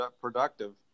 productive